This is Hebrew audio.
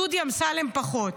דודי אמסלם, פחות.